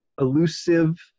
elusive